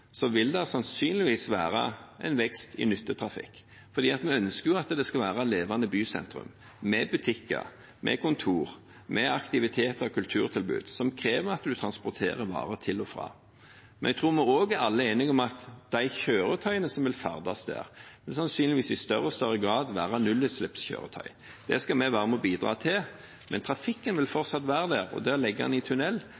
vekst i nyttetrafikken. Vi ønsker jo at det skal være et levende bysentrum, med butikker, med kontorer og med aktivitets- og kulturtilbud, som krever at en transporterer varer til og fra. Men jeg tror også vi alle er enige om at de kjøretøyene som vil ferdes der, sannsynligvis i større og større grad vil være nullutslippskjøretøy. Det skal vi være med og bidra til, men trafikken vil